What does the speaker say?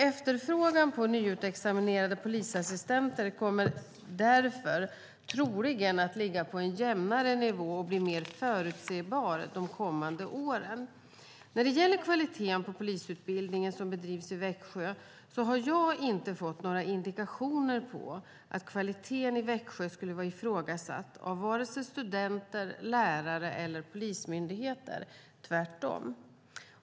Efterfrågan på nyutexaminerade polisassistenter kommer därför troligen att ligga på en jämnare nivå och bli mer förutsebar de kommande åren. När det gäller kvaliteten på polisutbildningen som bedrivs i Växjö har jag inte fått några indikationer på att kvaliteten skulle vara ifrågasatt av vare sig studenter, lärare eller polismyndigheter, tvärtom.